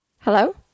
Hello